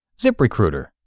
ZipRecruiter